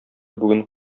бүген